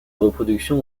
reproduction